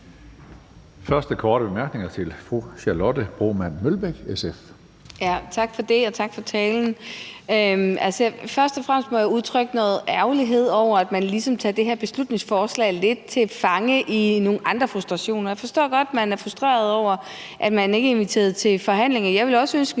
Broman Mølbæk, SF. Kl. 17:17 Charlotte Broman Mølbæk (SF): Tak for det, og tak for talen. Først og fremmest må jeg udtrykke noget ærgerlighed over, at man ligesom tager det her beslutningsforslag lidt til fange på grund af nogle andre frustrationer. Jeg forstår godt, at man er frustreret over, at man ikke er inviteret til forhandlinger. Jeg ville også ønske,